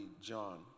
John